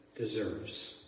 deserves